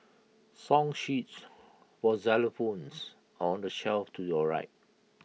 song sheets for xylophones are on the shelf to your right